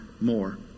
more